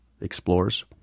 explores